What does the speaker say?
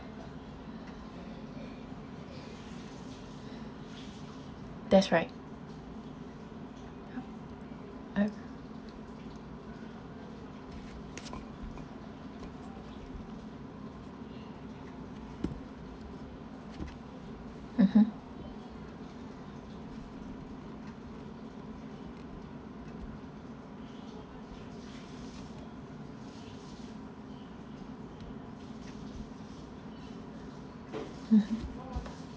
that's right I mmhmm mmhmm